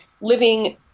living